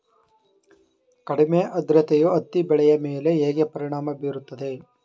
ಕಡಿಮೆ ಆದ್ರತೆಯು ಹತ್ತಿ ಬೆಳೆಯ ಮೇಲೆ ಹೇಗೆ ಪರಿಣಾಮ ಬೀರುತ್ತದೆ?